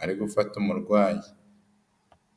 ari gufata umurwayi.